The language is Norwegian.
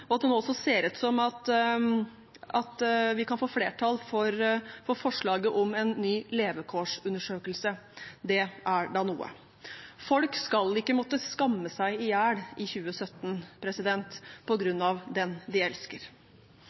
og at det nå også ser ut som vi kan få flertall for forslaget om en ny levekårsundersøkelse. Det er da noe. Folk skal ikke måtte skamme seg i hjel i 2017 på grunn av den de elsker.